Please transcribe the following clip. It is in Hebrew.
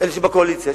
אלה שבקואליציה.